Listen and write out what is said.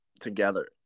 together